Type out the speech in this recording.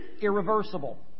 irreversible